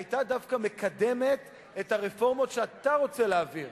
היתה דווקא מקדמת את הרפורמות שאתה רוצה להעביר,